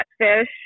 catfish